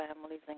families